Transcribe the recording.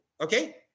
okay